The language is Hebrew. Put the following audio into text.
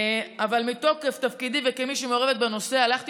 אבל מתוקף תפקידי וכמי שמעורבת בנושא הלכתי